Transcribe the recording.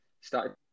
Started